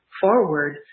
forward